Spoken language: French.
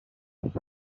trois